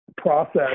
process